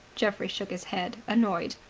geoffrey shook his head, annoyed.